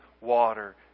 water